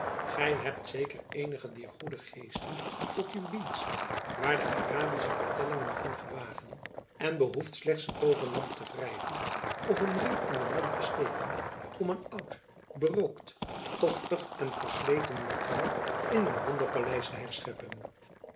gy hebt zeker eenige dier goede geesten tot uw dienst waar de arabische vertellingen van gewagen en behoeft slechts een tooverlamp te wrijven of een ring in den mond te steken om een oud berookt tochtig en versleten lokaal in een wonderpaleis te herscheppen